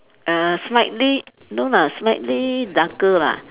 err slightly no lah slightly darker lah